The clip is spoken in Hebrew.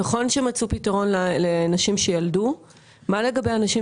נכון שמצאו פתרון לנשים שילדו אבל מה לגבי אנשים